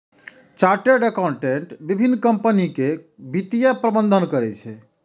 chartered accountant विभिन्न कंपनीक वित्तीय प्रबंधन करै छै